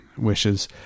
wishes